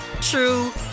true